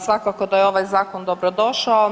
Svakako da je ovaj Zakon dobrodošao.